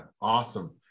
Awesome